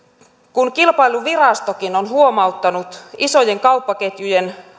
kun kilpailuvirastokin on siitä huomauttanut isojen kauppaketjujen